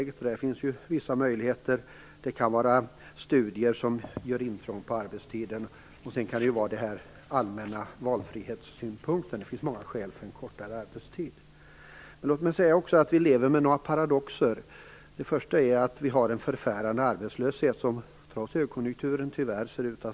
Gudrun Schymans första fråga visar att hon inte riktigt har förstått den roll som regeringen nu har gentemot de statliga myndigheterna. Vi har alltså avvecklat den tidigare ordningen, där vi godkände samtliga kollektivavtal. De kollektivavtal som nu ligger på de statliga myndigheternas område är förhandlade och klara. De har öppnat för alternativa arbetstidsförkortningar och större flexibilitet.